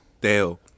Dale